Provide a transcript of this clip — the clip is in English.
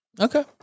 Okay